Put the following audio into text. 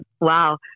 Wow